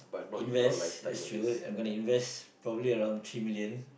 invest that true I'm gonna invest probably around three million